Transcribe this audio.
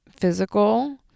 physical